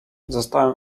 zostałem